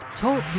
Talk